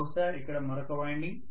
బహుశా ఇక్కడ మరొక వైండింగ్